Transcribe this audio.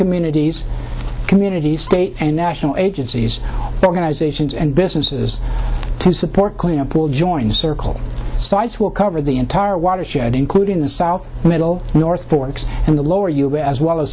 communities communities state and national agencies organizations and businesses to support clean up will join the circle sites will cover the entire watershed including the south middle north and the lower you are as well as